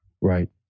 right